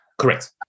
correct